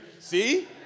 see